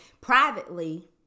privately